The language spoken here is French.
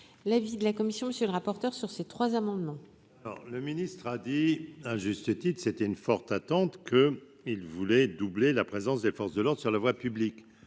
l'avis de la commission, monsieur le rapporteur, sur ces trois amendements. Alors, le ministre a dit à juste titre, c'était une forte attente que il voulait doubler la présence des forces de l'Ordre sur la voie publique,